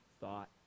thought